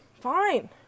Fine